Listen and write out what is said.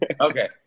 okay